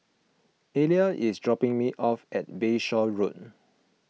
Aleah is dropping me off at Bayshore Road